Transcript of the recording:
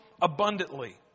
abundantly